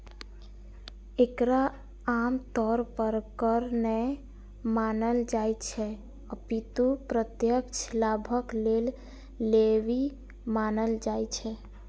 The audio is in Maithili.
एकरा आम तौर पर कर नै मानल जाइ छै, अपितु प्रत्यक्ष लाभक लेल लेवी मानल जाइ छै